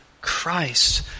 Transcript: Christ